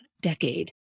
decade